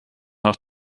nach